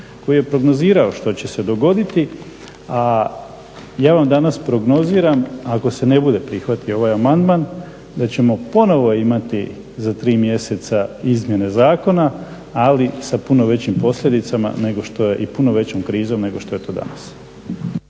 koji je prognozirao što će se dogoditi a ja vam danas prognoziram ako se ne bude prihvatio ovaj amandman da ćemo ponovo imati za tri mjeseca izmjene zakona ali sa puno većim posljedicama i puno većom krizom nego što je to danas.